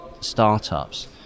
startups